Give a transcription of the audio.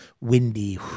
windy